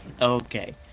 Okay